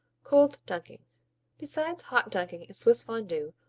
cold dunking besides hot dunking in swiss fondue,